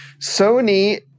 Sony